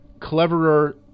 cleverer